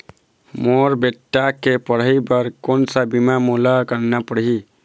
मोर बेटा के पढ़ई बर कोन सा बीमा मोला करना पढ़ही?